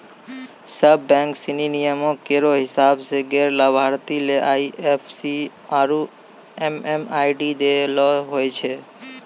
सब बैंक सिनी नियमो केरो हिसाब सें गैर लाभार्थी ले आई एफ सी आरु एम.एम.आई.डी दै ल होय छै